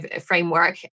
framework